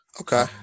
Okay